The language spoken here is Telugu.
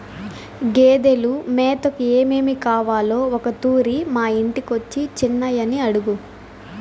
గేదెలు మేతకు ఏమేమి కావాలో ఒకతూరి మా ఇంటికొచ్చి చిన్నయని అడుగు